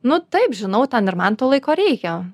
nu taip žinau ten ir man to laiko reikia